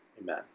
Amen